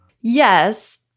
yes